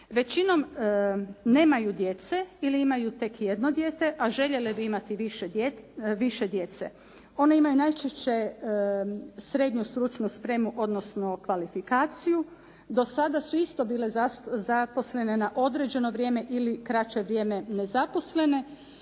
Većinom nemaju djece ili imaju tek jedno dijete, a željele bi imati više djece. One imaju najčešće srednju stručnu spremu, odnosno kvalifikaciju. Do sada su isto bile zaposlene na određeno vrijeme ili kraće vrijeme nezaposlene.